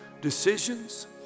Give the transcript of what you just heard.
decisions